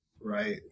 Right